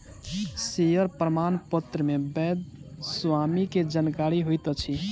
share प्रमाणपत्र मे वैध स्वामी के जानकारी होइत अछि